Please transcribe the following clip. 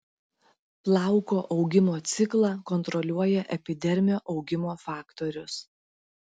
plauko augimo ciklą kontroliuoja epidermio augimo faktorius